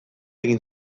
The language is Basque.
egin